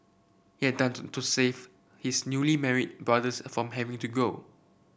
he had done to to save his newly married brothers from having to go